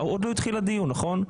עוד לא התחיל הדיון, נכון?